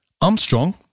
armstrong